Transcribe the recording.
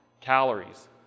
calories